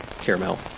Caramel